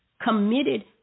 committed